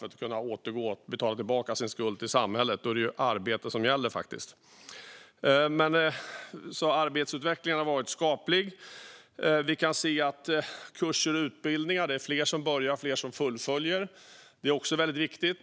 Då ska man kunna återgå till och betala tillbaka sin skuld till samhället, och då är det faktiskt arbete som gäller. Arbetsutvecklingen har alltså varit skaplig. Vi kan även se att det är fler som påbörjar och fler som fullföljer kurser och utbildningar, vilket också är väldigt viktigt.